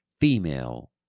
female